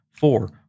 four